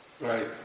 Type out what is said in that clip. right